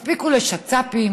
יספיקו לשצ"פים,